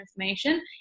information